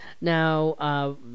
Now